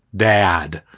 dad,